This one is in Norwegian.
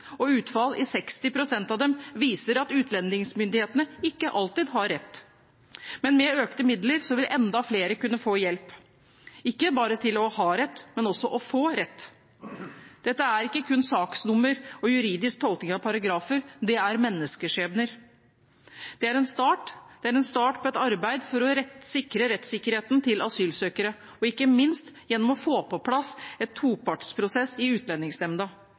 og utfall i 60 pst. av dem viser at utlendingsmyndighetene ikke alltid har rett. Men med økte midler vil enda flere kunne få hjelp, ikke bare til å ha rett, men også til å få rett. Dette er ikke kun saksnummer og juridisk tolkning av paragrafer. Det er menneskeskjebner. Det er en start – det er en start på et arbeid for å sikre rettssikkerheten til asylsøkere, og ikke minst gjennom å få på plass en topartsprosess i Utlendingsnemnda.